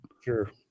Sure